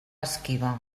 esquiva